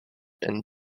and